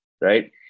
right